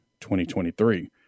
2023